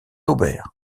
aubert